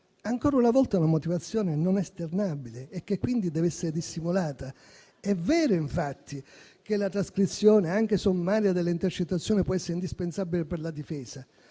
Ancora una volta la motivazione non è esternabile e quindi deve essere dissimulata. È vero, infatti, che la trascrizione, anche sommaria, delle intercettazioni può essere indispensabile per la difesa.